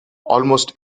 almost